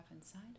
inside